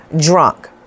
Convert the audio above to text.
drunk